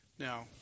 Now